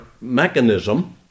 mechanism